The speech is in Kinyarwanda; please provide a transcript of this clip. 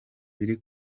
biri